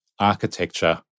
Architecture